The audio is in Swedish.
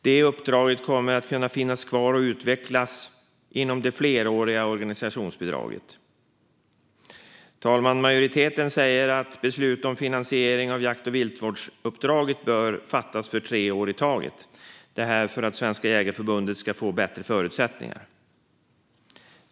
Detta uppdrag kommer att kunna finnas kvar och utvecklas genom det fleråriga organisationsbidraget. Fru talman! Majoriteten säger att beslut om finansiering av jakt och viltvårdsuppdraget bör fattas för tre år i taget för att Svenska Jägareförbundet ska få bättre förutsättningar.